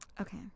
Okay